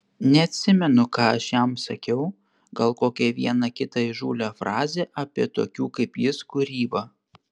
neatsimenu ką aš jam sakiau gal kokią vieną kitą įžūlią frazę apie tokių kaip jis kūrybą